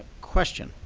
question,